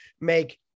make